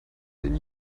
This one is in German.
den